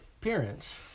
appearance